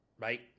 right